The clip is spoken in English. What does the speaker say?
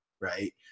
right